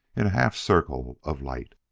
in a half-circle of light.